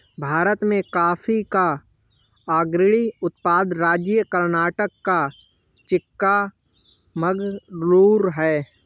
भारत में कॉफी का अग्रणी उत्पादक राज्य कर्नाटक का चिक्कामगलूरू है